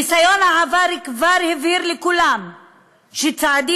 ניסיון העבר כבר הבהיר לכולם שצעדים